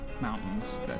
mountains